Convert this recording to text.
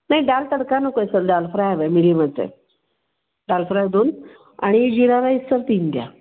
नाही दाल तडका नको आहे सर दाल फ्राय हवं आहे मिडियम आहे ते दाल फ्राय दोन आणि जिरा राईस सर तीन द्या